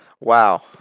Wow